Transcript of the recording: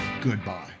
goodbye